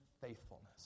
faithfulness